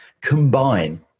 combine